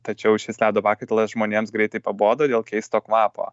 tačiau šis ledo pakaitalas žmonėms greitai pabodo dėl keisto kvapo